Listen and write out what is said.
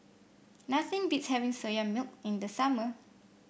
nothing beats having Soya Milk in the summer